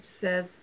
says